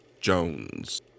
Jones